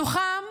מתוכם